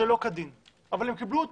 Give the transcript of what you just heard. שלא כדין אבל קיבלו,